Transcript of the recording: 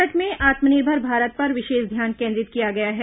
budget में आत्मनिर्भर भारत पर विशेष ध्यान केंद्रित किया गया है